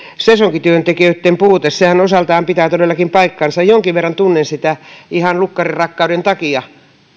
sesonkityöntekijöitten puute sehän osaltaan pitää todellakin paikkansa jonkin verran tunnen sitä ihan lukkarinrakkauden takia